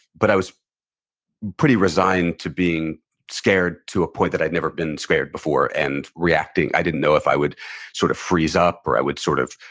but i was pretty resigned to being scared to a point that i have never been scared before and reacting. i didn't know if i would sort of freeze up or i would sort of